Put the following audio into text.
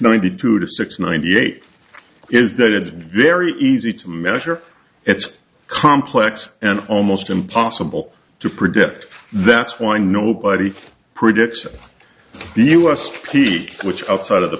ninety two to six ninety eight is that it very easy to measure it's complex and almost impossible to predict that's why nobody predicts the us peak which outside of the